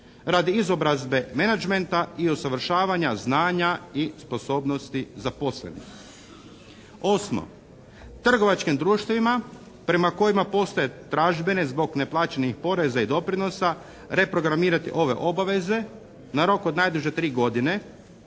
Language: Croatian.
radi izobrazbe menagementa i usavršavanja znanja i sposobnosti zaposlenih. Osmo. Trgovačkim društvima prema kojima postoje tražbine zbog neplaćenih poreza i doprinosa reprogramirati ove obaveze na rok od najduže tri godine